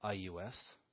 I-U-S